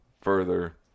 further